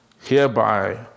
Hereby